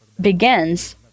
begins